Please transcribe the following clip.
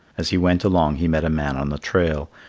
as he went along he met a man on the trail.